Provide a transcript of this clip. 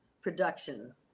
production